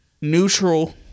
neutral